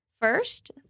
first